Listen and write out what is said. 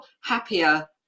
happier